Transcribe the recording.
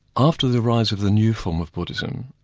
after the rise of the new form of buddhism,